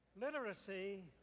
literacy